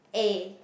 A